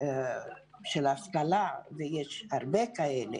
של השכלה ויש רבים כאלה